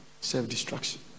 Self-destruction